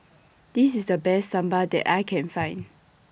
This IS The Best Sambar that I Can Find